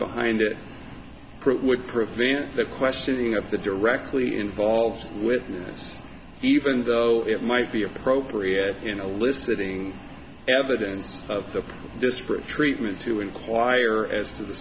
behind it would prevent the questioning of the directly involved with this even though it might be appropriate in a listening evidence of the disparate treatment to enquire as to the